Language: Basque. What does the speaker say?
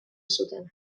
zuten